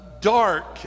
dark